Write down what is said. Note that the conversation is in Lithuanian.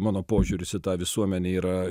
mano požiūris į tą visuomenę yra